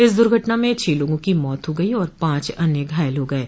इस दुर्घटना में छह लोगों की मौत हो गयी और पांच अन्य घायल हो गये